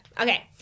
Okay